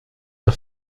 the